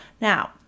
Now